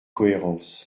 cohérence